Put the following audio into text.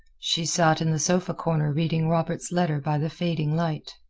she sat in the sofa corner reading robert's letter by the fading light.